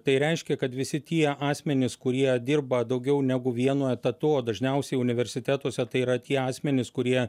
tai reiškia kad visi tie asmenys kurie dirba daugiau negu vienu etatu o dažniausiai universitetuose tai yra tie asmenys kurie